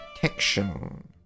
protection